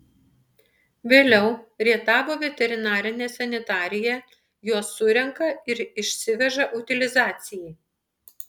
vėliau rietavo veterinarinė sanitarija juos surenka ir išsiveža utilizacijai